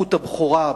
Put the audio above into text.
וזכות הבכורה,